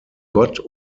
gott